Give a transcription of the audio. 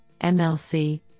MLC